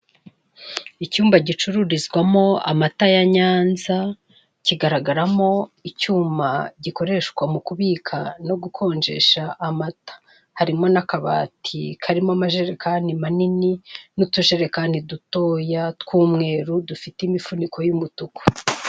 Icyumba gicururizwamo amata ya Nyanza, kigaragaramo icyuma gikoreshwa mu kubika no gukonjesha amata; harimo n'akabati karimo amajerekani manini, n'utujerekani dutoya tw'umweru, dufite imifuniko y'umutuku.